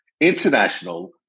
international